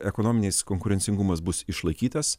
ekonominis konkurencingumas bus išlaikytas